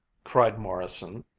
cried morrison.